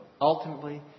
Ultimately